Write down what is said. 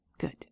good